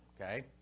Okay